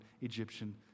Egyptian